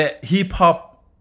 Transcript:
Hip-hop